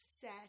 set